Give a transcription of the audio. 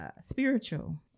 spiritual